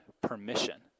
permission